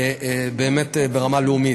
באמת ברמה לאומית.